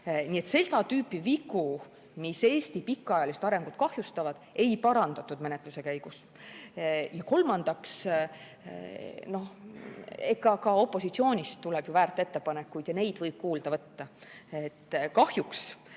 Nii et seda tüüpi vigu, mis Eesti pikaajalist arengut kahjustavad, ei parandatud menetluse käigus. Ja kolmandaks, ka opositsioonist tuleb väärt ettepanekuid ja neid võib ju kuulda võtta. Kahjuks